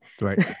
Right